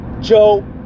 Joe